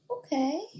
Okay